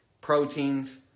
proteins